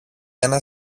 ένα